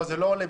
לא, זה לא עולה.